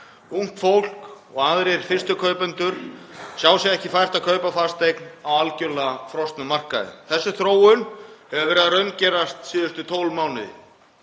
Ungt fólk og aðrir fyrstu kaupendur sjá sér ekki fært að kaupa fasteign á algerlega frosnum markaði. Þessi þróun hefur verið að raungerast síðustu 12 mánuði